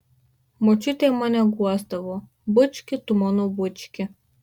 močiutė mane guosdavo bučki tu mano bučki